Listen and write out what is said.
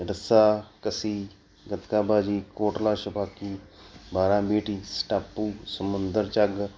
ਰੱਸਾ ਕਸੀ ਗੱਤਕਾਬਾਜੀ ਕੋਟਲਾ ਛਪਾਕੀ ਬਾਰਾਂ ਬੀਟੀ ਟਾਪੂ ਸਮੁੰਦਰ ਝੱਗ